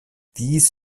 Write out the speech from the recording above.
dies